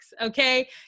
okay